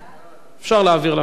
ההצעה להעביר את